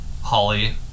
Holly